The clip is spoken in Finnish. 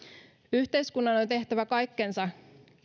yhteiskunnan on on tehtävä kaikkensa